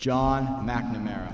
john mcnamara